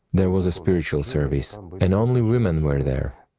there was a spiritual service and only women were there.